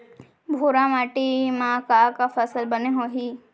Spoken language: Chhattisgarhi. भूरा माटी मा का का फसल बने होही?